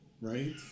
Right